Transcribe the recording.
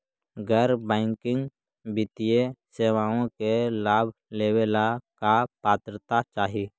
गैर बैंकिंग वित्तीय सेवाओं के लाभ लेवेला का पात्रता चाही?